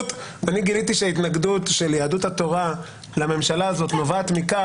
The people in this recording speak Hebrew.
קונסטיטוטיבי של הכנסת ולא בדיעבד בשום מקרה.